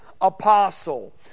apostle